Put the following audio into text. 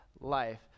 life